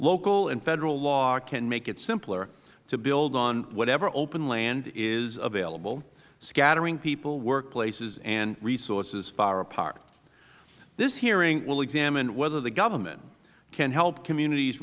local and federal law can make it simpler to build on whatever open land is available scattering people workplaces and resources far apart this hearing will examine whether the government can help communities